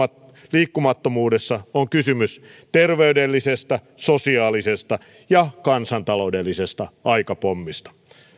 liikkumattomuudessa on kysymys terveydellisestä sosiaalisesta ja kansantaloudellisesta aikapommista